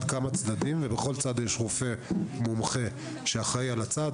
כמה צדדים ובכל צד יש רופא מומחה שאחראי על הצד,